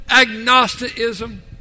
agnosticism